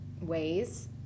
ways